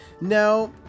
now